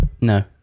No